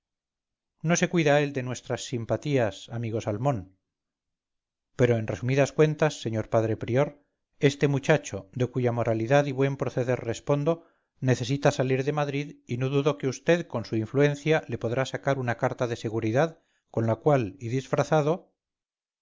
no se cuida él de nuestras simpatías amigo salmón pero en resumidas cuentas señor padre prior este muchacho de cuya moralidad y buen proceder respondo necesita salir de madrid y no dudo que vd con su influencia le podrá sacar una carta de seguridad con la cual y disfrazado